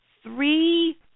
three